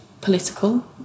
political